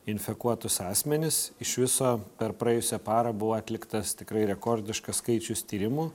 infekuotus asmenis iš viso per praėjusią parą buvo atliktas tikrai rekordiškas skaičius tyrimų